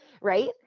right